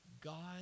God